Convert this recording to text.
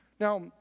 Now